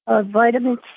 vitamin